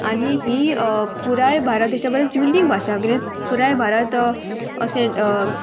आनी ही पुराय भारत देशा परस युनिक भाशा कितें पुराय भारत अशें